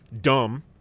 dumb